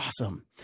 Awesome